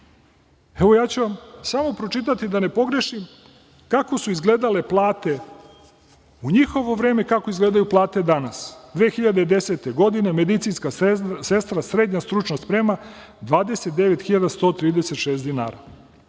Evo ja ću vam samo pročitati da ne pogrešim kako su izgledale plate u njihovo vreme, kako izgledaju plate danas. Godine 2010. medicinska sestra, srednja stručna sprema 29.136 dinara,